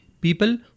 People